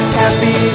happy